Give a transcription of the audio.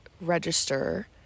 register